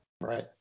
Right